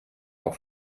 auch